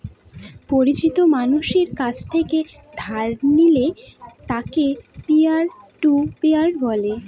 পরিচিত মানষের কাছ থেকে ধার নিলে তাকে পিয়ার টু পিয়ার বলে